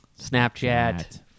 Snapchat